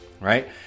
right